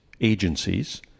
agencies